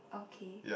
okay